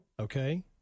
okay